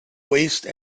waste